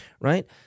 right